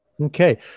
Okay